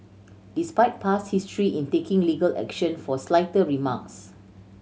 despite past history in taking legal action for slighter remarks